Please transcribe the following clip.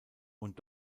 und